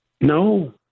No